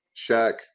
Shaq